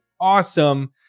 awesome